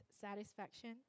satisfaction